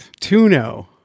Tuno